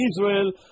Israel